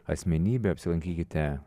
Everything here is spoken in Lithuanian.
asmenybe apsilankykite